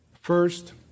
First